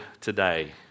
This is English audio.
today